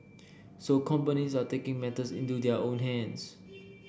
so companies are taking matters into their own hands